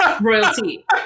royalty